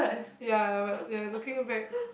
ya but ya looking back